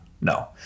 No